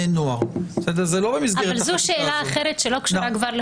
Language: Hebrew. זה אותו נוסח שיש כאן.